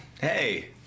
Hey